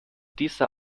dieser